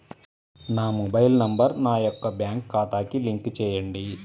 నా mobile number నా యొక్క బ్యాంక్ ఖాతాకి లింక్ చేయండీ?